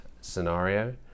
scenario